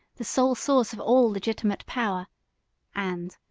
the sole source of all legitimate power and,